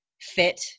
fit